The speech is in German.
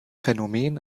phänomen